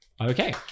Okay